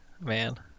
man